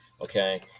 okay